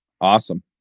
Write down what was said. Awesome